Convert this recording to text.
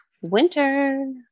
winter